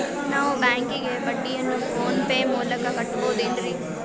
ನಾವು ಬ್ಯಾಂಕಿಗೆ ಬಡ್ಡಿಯನ್ನು ಫೋನ್ ಪೇ ಮೂಲಕ ಕಟ್ಟಬಹುದೇನ್ರಿ?